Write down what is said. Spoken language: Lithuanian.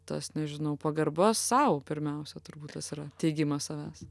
tas nežinau pagarba sau pirmiausia turbūt tas yra teigimas savęs